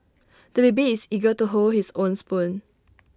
the baby is eager to hold his own spoon